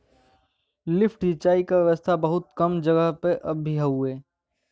lift सिंचाई क व्यवस्था बहुत कम जगह पर अभी हउवे